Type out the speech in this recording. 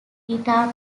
guitar